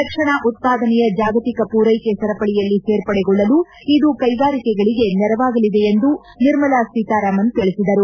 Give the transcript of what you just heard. ರಕ್ಷಣಾ ಉತ್ಪಾದನೆಯ ಜಾಗತಿಕ ಪೂರೈಕೆ ಸರಪಳಿಯಲ್ಲಿ ಸೇರ್ಪಡೆಗೊಳ್ಳಲು ಇದು ಕೈಗಾರಿಕೆಗಳಿಗೆ ನೆರವಾಗಲಿದೆ ಎಂದು ನಿರ್ಮಲಾ ಸೀತಾರಾಮನ್ ತಿಳಿಸಿದರು